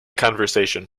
conversation